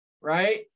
right